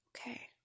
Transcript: Okay